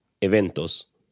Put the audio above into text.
eventos